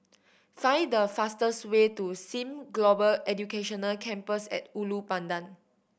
find the fastest way to Sim Global Education Campus At Ulu Pandan